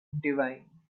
divine